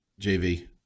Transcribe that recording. JV